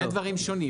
אלה שני דברים שונים.